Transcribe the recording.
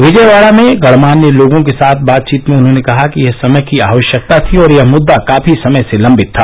विजयवाड़ा भें गणमान्य लोगो के साथ बातचीत में उन्होंने कहा कि ये समय की आवश्यकता थी और यह मृद्दा काफी समय से लंबित था